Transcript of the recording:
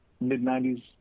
mid-90s